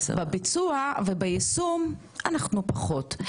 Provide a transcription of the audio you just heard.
בביצוע וביישום אנחנו פחות.